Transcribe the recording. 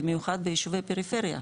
במיוחד ביישובי פריפריה,